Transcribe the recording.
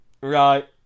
Right